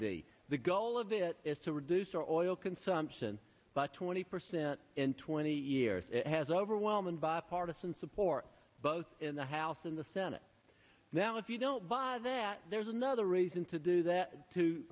seventy the goal of it is to reduce our oil consumption by twenty percent in twenty years it has overwhelming bipartisan support both in the house and the senate now if you don't buy that there's another reason to do that to